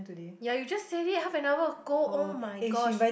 ya you just said it half an hour ago [oh]-my-gosh